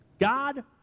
God